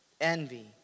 envy